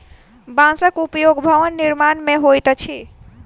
बांसक उपयोग भवन निर्माण मे होइत अछि